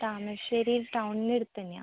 താമരശ്ശേരി ടൗണിനു അടുത്തന്നെയാണ്